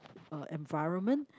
uh environment